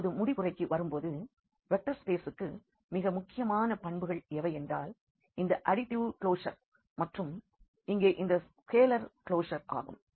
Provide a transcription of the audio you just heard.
இப்பொழுது முடிவுரைக்கு வரும்போது வெக்டர் ஸிபேசிற்கு மிக முக்கியமான பண்புகள் எவையென்றால் இந்த அடிட்டிவ் க்ளோசர் மற்றும் இங்கே இந்த ஸ்கேலார் க்ளோசர் ஆகும்